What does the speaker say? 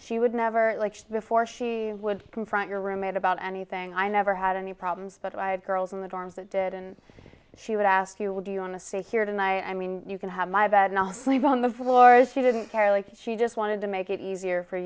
she would never before she would confront your roommate about anything i never had any problems but i had girls in the dorms that did and she would ask you would you want to stay here tonight i mean you can have my bed not sleep on the floor she didn't care like she just wanted to make it easier for